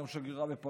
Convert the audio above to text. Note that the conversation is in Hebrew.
היום שגרירה בפריז,